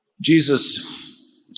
Jesus